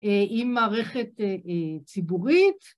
עם מערכת ציבורית.